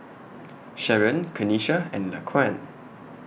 Sharron Kanesha and Laquan